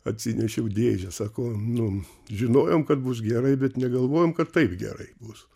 atsinešiau dėžę sako nu žinojom kad bus gerai bet negalvojom kad taip gerai bus